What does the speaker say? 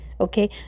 Okay